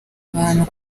abantu